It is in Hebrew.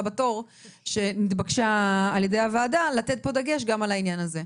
בתור שנתבקשה על ידי הוועדה שלנו לתת פה דגש גם על העניין הזה.